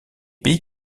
pays